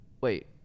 wait –